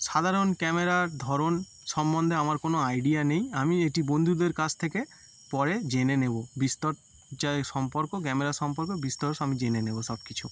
সাধারণ ক্যামেরার ধরন সম্বন্ধে আমার কোনো আইডিয়া নেই আমি এটি বন্ধুদের কাছ থেকে পরে জেনে নেবো বিস্তর যাই সম্পর্ক ক্যামেরার সম্পর্ক বিস্তর সব আমি জেনে নেবো সব কিছু